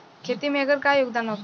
खेती में एकर का योगदान होखे?